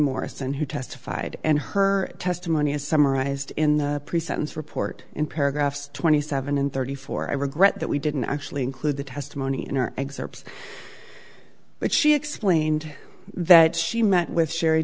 ison who testified and her testimony as summarized in the pre sentence report in paragraphs twenty seven and thirty four i regret that we didn't actually include the testimony in our exerts but she explained that she met with sherry